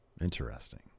Interesting